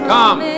Come